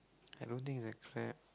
I don't think it's a